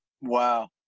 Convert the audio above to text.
Wow